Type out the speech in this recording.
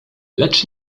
lecz